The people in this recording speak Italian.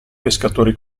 pescatori